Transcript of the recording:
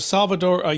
Salvador